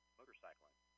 motorcycling